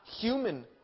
human